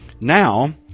Now